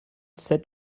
sept